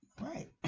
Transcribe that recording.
Right